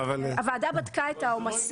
הוועדה בדקה את העומסים.